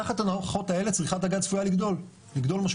תחת ההנחות האלה צריכת הגז צפויה לגדול משמעותית